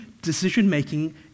Decision-making